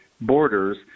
borders